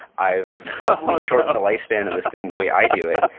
i have probably shorten the lifespan of this thing the way i do it.